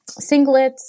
singlets